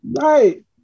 Right